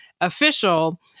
official